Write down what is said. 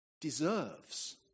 deserves